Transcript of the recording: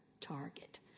target